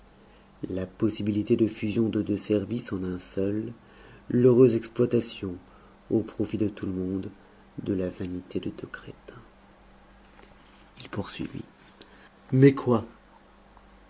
la possibilité de fusion de deux services en un seul l'heureuse exploitation au profit de tout le monde de la vanité de deux crétins il poursuivit mais quoi